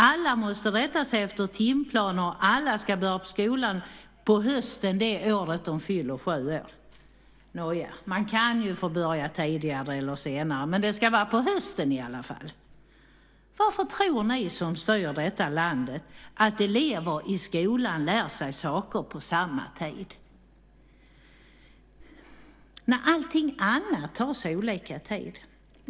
Alla måste rätta sig efter timplaner, och alla ska börja skolan på hösten det året de fyller sju år. Nåja, man kan få börja tidigare eller senare, men det ska vara på hösten i alla fall. Varför tror ni som styr detta land att elever i skolan lär sig saker på samma tid när allting annat tar olika tid?